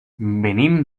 venim